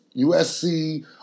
USC